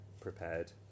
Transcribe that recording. prepared